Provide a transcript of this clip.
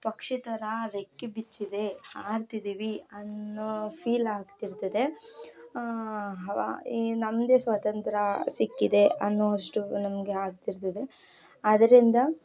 ಪಕ್ಷಿ ಥರ ರೆಕ್ಕೆ ಬಿಚ್ಚಿದೆ ಹಾರ್ತಿದ್ದೀವಿ ಅನ್ನೋ ಫೀಲ್ ಆಗ್ತಿರ್ತದೆ ಈ ನಮ್ಮದೇ ಸ್ವಾತಂತ್ರ್ಯ ಸಿಕ್ಕಿದೆ ಅನ್ನೊವಷ್ಟು ನಮಗೆ ಆಗ್ತಿರ್ತದೆ ಅದರಿಂದ